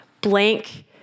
blank